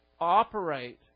operate